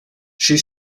she